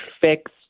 fix